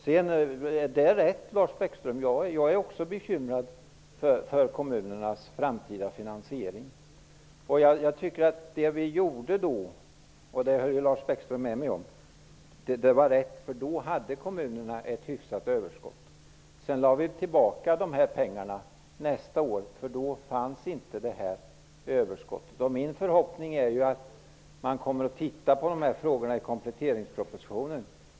Det är rätt, Lars Bäckström, att också jag är bekymrad för kommunernas framtida finansiering. Det vi då gjorde var rätt, och det höll Lars Bäckström med mig om. Då hade kommunerna ett hyfsat överskott. Sedan lade vi tillbaka dessa pengar nästa år. Då fanns inte detta överskott. Min förhoppning är att regeringen kommer att titta på dessa frågor och återkomma i kompletteringspropositionen.